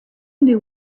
knew